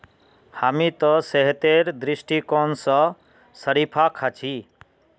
हामी त सेहतेर दृष्टिकोण स शरीफा खा छि